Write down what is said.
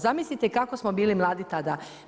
Zamislite kako smo bili mladi tada.